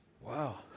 wow